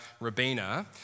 Rabina